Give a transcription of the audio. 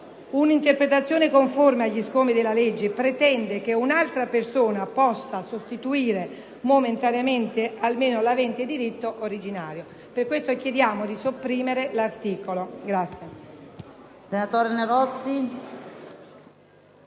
una interpretazione conforme agli scopi della legge pretende che un'altra persona possa sostituire momentaneamente almeno l'avente diritto originario. Per questo chiediamo di sopprimere l'articolo 18.